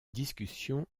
discussion